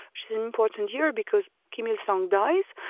which is an important year because kim il-sung dies,